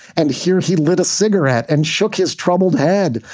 and here he lit a cigarette and shook his troubled head.